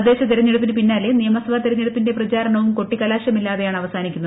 തദ്ദേശ തെരഞ്ഞെടുപ്പിന് പിന്നാലെ നിയമസഭാ തെരഞ്ഞെടുപ്പിൻ്രെ പ്രചാരണവും കൊട്ടിക്കലാശമില്ലാതെയാണ് അവസാനിക്കുന്നത്